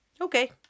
Okay